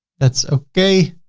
that's okay.